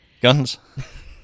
Guns